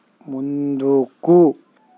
ముందుకు